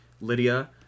lydia